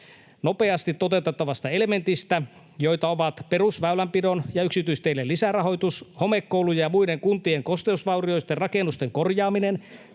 nopeasti toteutettavasta elementistä, joita ovat perusväylänpidon ja yksityisteiden lisärahoitus, homekoulujen ja muiden kuntien kosteusvaurioisten rakennusten korjaaminen,